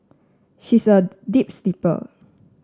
she's a deep sleeper